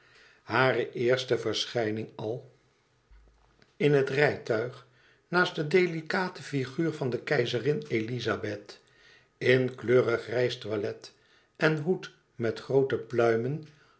hare eerste verschijning al in het rijtuig naast de delicate figuur van keizerin elizabeth in kleurig reistoilet en hoed met groote pluimen